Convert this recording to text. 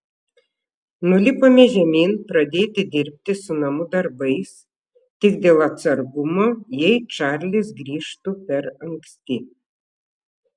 nulipome žemyn pradėti dirbti su namų darbais tik dėl atsargumo jei čarlis grįžtų per anksti